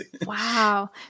wow